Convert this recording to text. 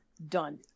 done